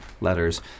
letters